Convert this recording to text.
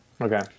Okay